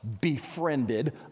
befriended